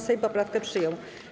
Sejm poprawkę przyjął.